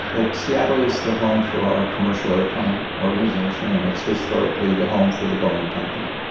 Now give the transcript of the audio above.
ah seattle is the home for our commercial aeroplane organisation and it's historically the home for the boeing company.